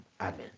Amen